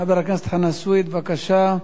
חבר הכנסת חנא סוייד, בבקשה.